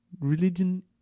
religion